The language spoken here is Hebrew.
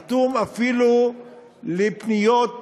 אטום אפילו לפניות אנושיות,